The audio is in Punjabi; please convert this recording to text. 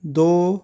ਦੋ